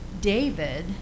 David